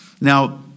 Now